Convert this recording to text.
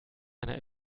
einer